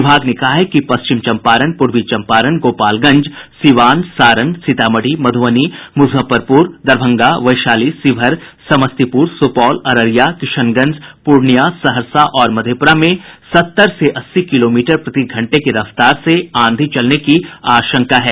विभाग ने कहा है कि पश्चिम चंपारण पूर्वी चंपारण गोपालगंज सीवान सारण सीतामढ़ी मधुबनी मुजफ्फरपुर दरभंगा वैशाली शिवहर समस्तीपुर सुपौल अररिया किशनगंज पूर्णिया सहरसा और मधेपुरा में सत्तर से अस्सी किलोमीटर प्रतिघंटे की रफ्तार से आंधी चलने की आशंका है